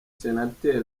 senateri